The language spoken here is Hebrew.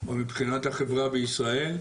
או מבחינת החברה בישראל,